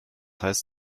heißt